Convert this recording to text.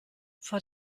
vor